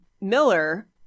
Miller